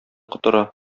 котыра